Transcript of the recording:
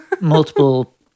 multiple